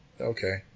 okay